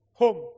Home